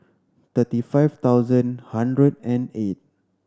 thirty five thousand hundred and eight